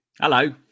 Hello